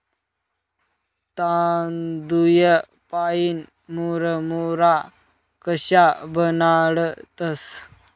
तांदूय पाईन मुरमुरा कशा बनाडतंस?